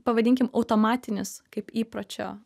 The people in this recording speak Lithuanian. pavadinkim automatinis kaip įpročio